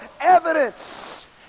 evidence